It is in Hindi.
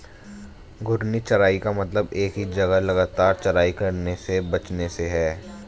घूर्णी चराई का मतलब एक ही जगह लगातार चराई करने से बचने से है